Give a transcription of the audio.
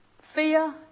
Fear